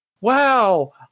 wow